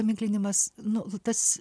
paminklinimas nu tas